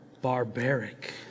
barbaric